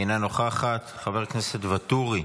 אינה נוכחת, חבר הכנסת ואטורי,